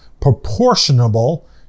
proportionable